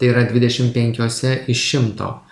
tai yra dvidešim penkiose iš šimto